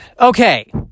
Okay